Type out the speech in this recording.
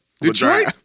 Detroit